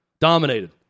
dominated